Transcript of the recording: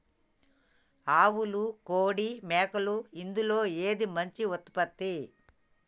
ఆవులు కోడి మేకలు ఇందులో ఏది మంచి ఉత్పత్తి?